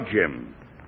Jim